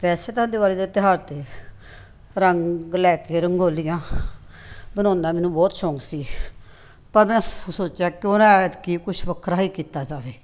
ਵੈਸੇ ਤਾਂ ਦਿਵਾਲੀ ਦੇ ਤਿਉਹਾਰ 'ਤੇ ਰੰਗ ਲੈ ਕੇ ਰੰਗੋਲੀਆਂ ਬਣਾਉਣ ਦਾ ਮੈਨੂੰ ਬਹੁਤ ਸ਼ੌਂਕ ਸੀ ਪਰ ਮੈਂ ਸੋਚਿਆ ਕਿਉਂ ਨਾ ਐਤਕੀਂ ਕੁਛ ਵੱਖਰਾ ਹੀ ਕੀਤਾ ਜਾਵੇ